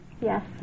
Yes